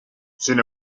sin